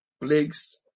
plagues